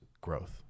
growth